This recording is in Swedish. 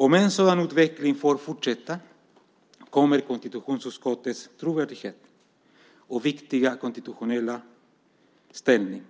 Om en sådan utveckling får fortsätta kommer konstitutionsutskottets trovärdighet och viktiga konstitutionella ställning